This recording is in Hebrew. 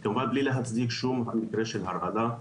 כמובן בלי להצדיק שום מקרה של הרעלה,